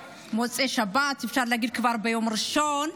במוצאי שבת, אפשר להגיד כבר ביום ראשון,